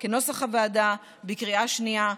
בנוסח הוועדה בקריאה שנייה ושלישית.